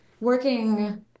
working